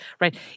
right